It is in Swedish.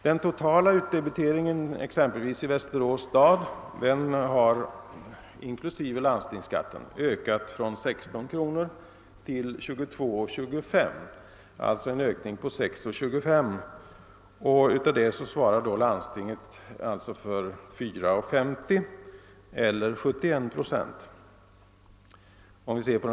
Den totala utdebiteringen inklusive landstingsskatten, exempelvis i Västerås stad, har ökat från 16 kr. till 22:25 kr., d.v.s. en ökning med 6:25. Härav faller'4: 50 eller 71 procent på landstinget.